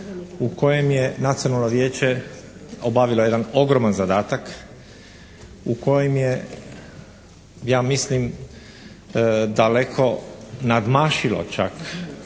u kojem je Nacionalno vijeće obavilo jedan ogroman zadatak u kojem je ja mislim daleko nadmašilo čak